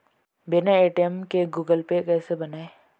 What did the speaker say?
बिना ए.टी.एम के Google Pay कैसे बनायें?